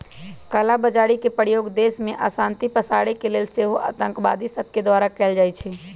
कला बजारी के प्रयोग देश में अशांति पसारे के लेल सेहो आतंकवादि सभके द्वारा कएल जाइ छइ